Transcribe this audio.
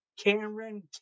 Cameron